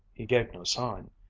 he gave no sign.